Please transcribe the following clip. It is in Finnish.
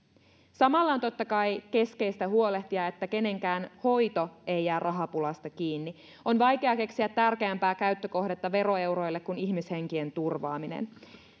samalla on totta kai keskeistä huolehtia siitä että kenenkään hoito ei jää rahapulasta kiinni on vaikea keksiä tärkeämpää käyttökohdetta veroeuroille kuin ihmishenkien turvaaminen